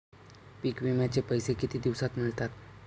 पीक विम्याचे पैसे किती दिवसात मिळतात?